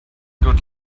good